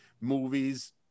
movies